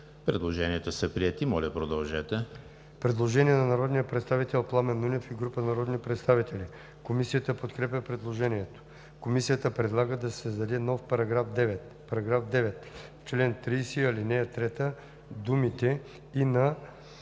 Предложението е прието. Моля, продължете